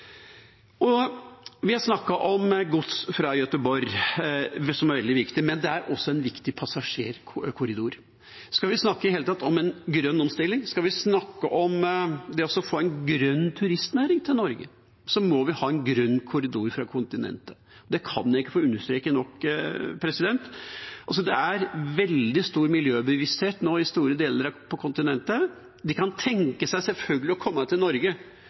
Vi har snakket om gods fra Göteborg, som er veldig viktig, men det er også en viktig passasjerkorridor. Skal vi i det hele tatt snakke om en grønn omstilling, skal vi snakke om det å få en grønn turistnæring i Norge, må vi ha en grønn korridor fra kontinentet. Det kan jeg ikke få understreket nok. Det er nå veldig stor miljøbevissthet på store deler av kontinentet. De kan selvfølgelig tenke seg å komme til Norge